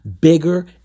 bigger